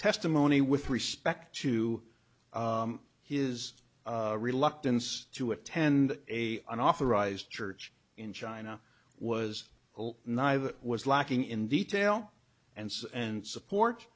testimony with respect to his reluctance to attend a an authorized church in china was neither was lacking in detail and says and support